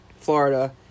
Florida